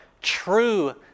true